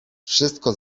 wszystko